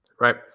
right